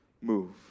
move